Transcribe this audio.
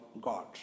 God